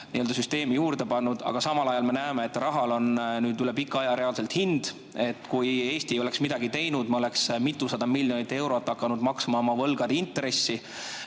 raha süsteemi juurde pannud, aga samal ajal me näeme, et rahal on nüüd üle pika aja reaalselt hind. Kui Eesti ei oleks midagi teinud, siis me oleksime mitusada miljonit eurot hakanud maksma oma võlgade intressi.